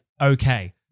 okay